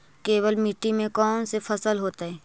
केवल मिट्टी में कौन से फसल होतै?